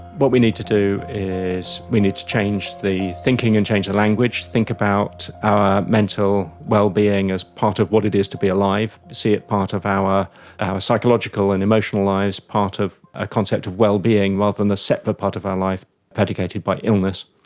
but we need to do is we need to change the thinking and change the language, think about our mental well-being as part of what it is to be alive, see it as part of our psychological and emotional lives, part of a concept of well-being rather than a separate part of our life predicated by illness.